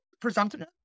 presumptive